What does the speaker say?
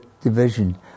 division